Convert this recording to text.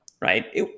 right